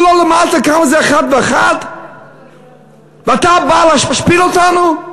לא למדת כמה זה אחד ואחד ואתה בא להשפיל אותנו?